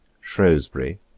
Shrewsbury